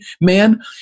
man